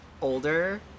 older